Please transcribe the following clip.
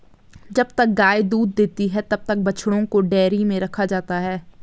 जब तक गाय दूध देती है तब तक बछड़ों को डेयरी में रखा जाता है